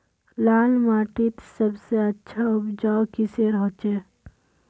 लाल माटित सबसे अच्छा उपजाऊ किसेर होचए?